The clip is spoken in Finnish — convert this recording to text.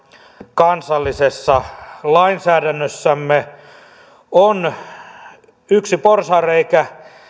kansallisessa lainsäädännössämme yksi porsaanreikä